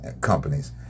companies